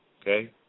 Okay